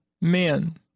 men